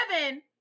Seven